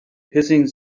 hissing